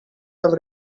have